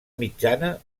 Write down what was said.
mitjana